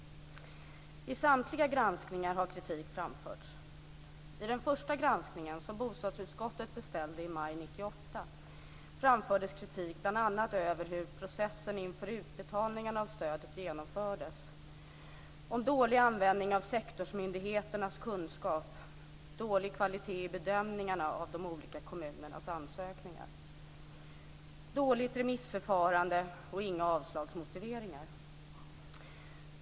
I samtliga granskningar har kritik framförts. I den första granskningen som bostadsutskottet beställde i maj 1998 framfördes kritik bl.a. över hur processen inför utbetalningen av stödet genomfördes, om dålig användning av sektorsmyndighetens kunskap, dålig kvalitet i bedömningarna av de olika kommunernas ansökningar, dåligt remissförfarande och inga avslagsmotiveringar.